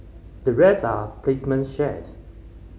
the rest are placement shares